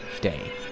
day